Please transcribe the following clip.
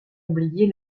oublier